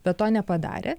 bet to nepadarė